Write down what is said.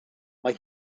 mae